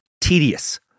tedious